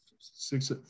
six